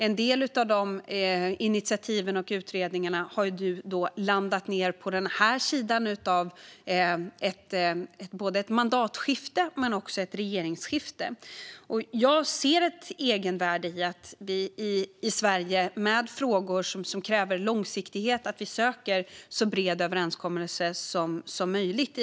En del av de initiativen och utredningarna har landat ned på den här sidan av ett mandatskifte men också ett regeringsskifte. Jag ser ett egenvärde i att vi i Sverige i frågor som kräver långsiktighet söker så bred överenskommelse som möjligt.